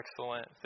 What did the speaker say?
excellent